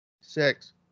Six